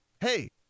hey